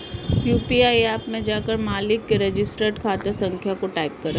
UPI app में जाकर मालिक के रजिस्टर्ड खाता संख्या को टाईप करें